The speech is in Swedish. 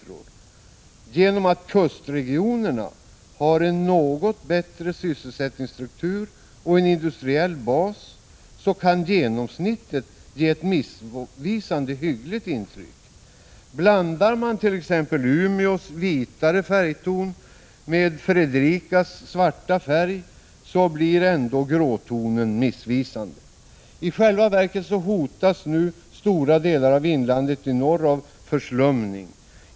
På grund av att kustregionerna har en något bättre sysselsättningsstruktur och industriell bas kan genomsnittet ge ett missvisande hyggligt intryck. Blandar man t.ex. Umeås vitare färgton med Fredrikas svarta färg, blir ändå gråtonen missvisande. I själva verket hotas nu stora delar av inlandet i norr av förslumning.